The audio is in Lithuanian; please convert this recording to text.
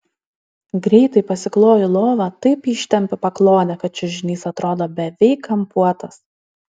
greitai pasikloju lovą taip ištempiu paklodę kad čiužinys atrodo beveik kampuotas